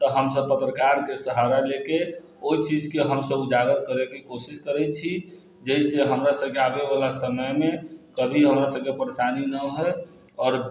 तऽ हमसब पत्रकारके सहारा लैके ओइ चीजके हमसब उजागर करैके कोशिश करै छी जैसे हमरा सबके आबैवला समयमे कभी हमरा सबके परेशानी ना होइ आओर